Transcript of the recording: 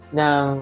ng